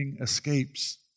escapes